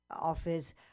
office